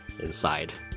inside